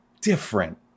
different